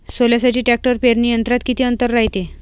सोल्यासाठी ट्रॅक्टर पेरणी यंत्रात किती अंतर रायते?